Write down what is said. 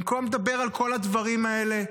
במקום לדבר על כל הדברים האלה,